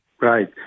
Right